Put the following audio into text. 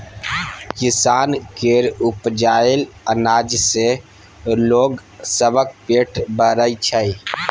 किसान केर उपजाएल अनाज सँ लोग सबक पेट भरइ छै